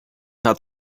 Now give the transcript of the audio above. nad